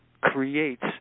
creates